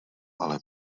ale